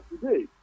today